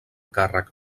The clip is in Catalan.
càrrec